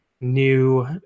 new